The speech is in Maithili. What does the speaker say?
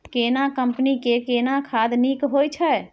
केना कंपनी के केना खाद नीक होय छै?